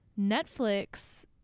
Netflix